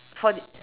for the